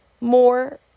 more